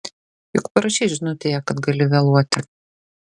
juk parašei žinutėje kad gali vėluoti